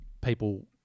people